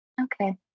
okay